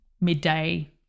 midday